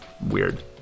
weird